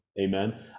Amen